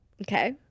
okay